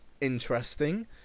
interesting